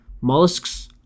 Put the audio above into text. Mollusks